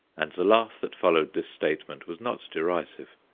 and the laugh that followed this statement was not derisive.